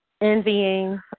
envying